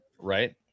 right